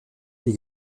die